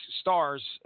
stars